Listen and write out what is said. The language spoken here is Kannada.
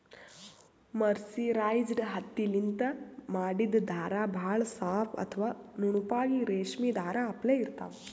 ಮರ್ಸಿರೈಸ್ಡ್ ಹತ್ತಿಲಿಂತ್ ಮಾಡಿದ್ದ್ ಧಾರಾ ಭಾಳ್ ಸಾಫ್ ಅಥವಾ ನುಣುಪಾಗಿ ರೇಶ್ಮಿ ಧಾರಾ ಅಪ್ಲೆ ಇರ್ತಾವ್